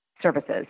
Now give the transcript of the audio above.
services